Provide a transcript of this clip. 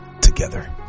together